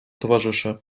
towarzyszy